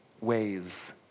ways